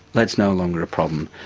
lead's no longer a problem,